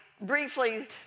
briefly